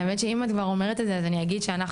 האמת היא שאם את כבר אומרת את זה אז אני אגיד שאנחנו